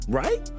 right